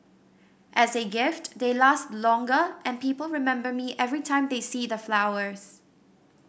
as a gift they last longer and people remember me every time they see the flowers